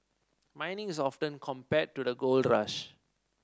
mining is often compared to the gold rush